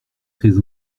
très